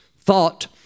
thought